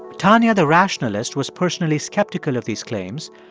tanya the rationalist was personally skeptical of these claims,